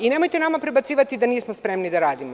I nemojte nama prebacivati da nismo spremni da radimo.